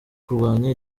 kurwanya